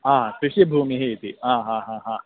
हा कृषिभूमिः इति हा हा हा हा